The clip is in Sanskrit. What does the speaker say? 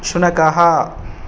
शुनकः